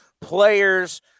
players